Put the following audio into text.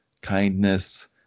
kindness